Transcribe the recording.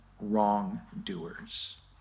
wrongdoers